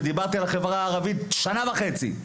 ודיברתי על החברה הערבית שנה וחצי.